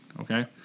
okay